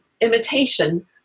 imitation